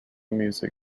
music